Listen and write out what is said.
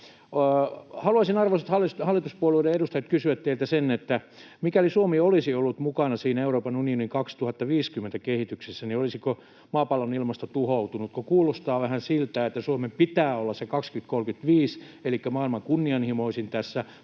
Haluaisin, arvoisat hallituspuolueiden edustajat, kysyä teiltä sitä, että mikäli Suomi olisi ollut mukana siinä Euroopan unionin 2050-kehityksessä, niin olisiko maapallon ilmasto tuhoutunut, kun kuulostaa vähän siltä, että Suomen pitää olla se 2035 elikkä maailman kunnianhimoisin tässä,